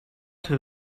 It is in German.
sie